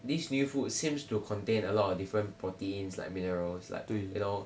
these new food seems to contain a lot of different proteins like minerals like you know